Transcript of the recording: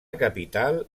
capital